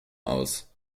aus